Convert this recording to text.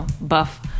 buff